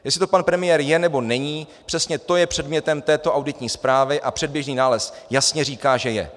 Jestli to pan premiér je nebo není, přesně to je předmětem této auditní zprávy a předběžný nález jasně říká, že je.